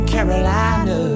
Carolina